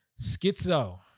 Schizo